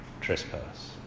trespass